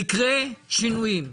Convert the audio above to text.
יקרו שינויים,